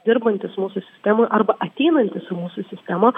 dirbantis mūsų sistemoj arba ateinantis į mūsų sistemą